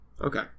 okay